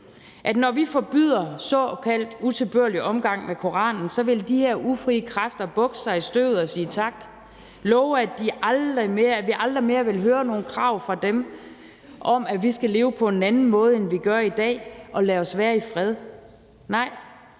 nu? Når vi forbyder såkaldt utilbørlig omgang med Koranen, vil de her ufrie kræfter så bukke sig i støvet og sige tak og love, at vi aldrig mere vil høre nogen krav fra deres side om, at vi skal leve på en anden måde, end vi gør i dag, og lade os være i fred? Nej,